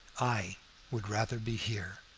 i would rather be here,